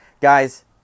Guys